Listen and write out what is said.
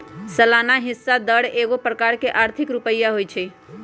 सलाना हिस्सा दर एगो प्रकार के आर्थिक रुपइया होइ छइ